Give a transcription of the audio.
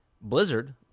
Blizzard